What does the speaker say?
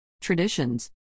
Traditions